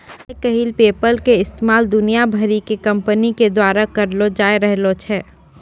आइ काल्हि पेपल के इस्तेमाल दुनिया भरि के कंपनी के द्वारा करलो जाय रहलो छै